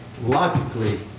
logically